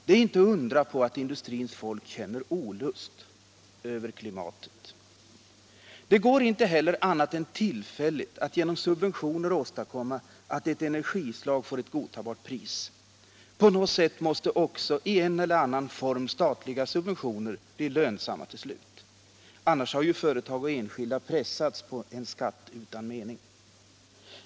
Det är inte att undra på att industrins folk känner olust över klimatet. Det går inte heller — annat än tillfälligt — att genom subventioner åstadkomma att ett energislag får ett godtagbart pris. På något sätt måste också i en eller annan form statliga subventioner bli lönsamma till slut. Annars har ju företag och enskilda pressats på en skatt utan mening.